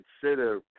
consider